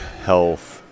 health